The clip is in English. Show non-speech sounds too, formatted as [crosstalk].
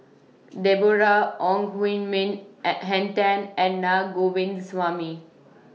Deborah Ong Hui Min and Henn Tan and Na [unintelligible]